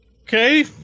Okay